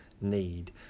need